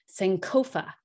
Sankofa